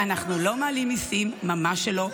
רק תודו.